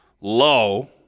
low